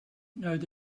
know